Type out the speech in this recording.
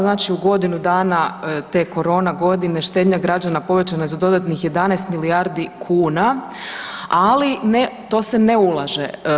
Znači u godinu dana te korona godine štednja građana povećana je za dodatnih 11 milijardi kuna, ali ne, to se ne ulaže.